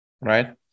right